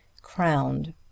crowned